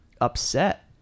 upset